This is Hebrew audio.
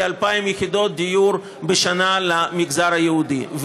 כ-2,000 יחידות דיור בשנה למגזר היהודי,